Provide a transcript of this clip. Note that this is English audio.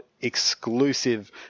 exclusive